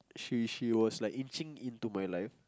she was she was like inching into my life